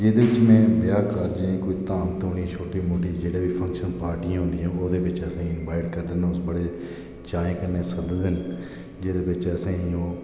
जेहदे च में ब्याह कार्जे च जां कोई धाम धूनि छोटी मोटी जेहड़े बी फंक्शंन पार्टिया होंदियां ओहदे बिच असें गी इंनबाइट करदे न बड़े चाहें कन्नै सददे न जेहदे बिच असें